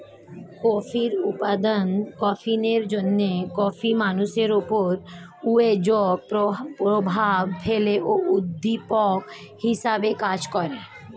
কফির উপাদান ক্যাফিনের জন্যে কফি মানুষের উপর উত্তেজক প্রভাব ফেলে ও উদ্দীপক হিসেবে কাজ করে